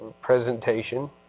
presentation